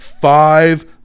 Five